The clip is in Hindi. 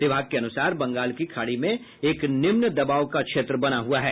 विभाग के अनुसार बंगाल की खाड़ी में एक निम्न दबाव का क्षेत्र बना हुआ है